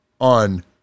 on